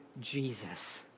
Jesus